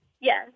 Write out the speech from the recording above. Yes